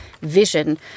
vision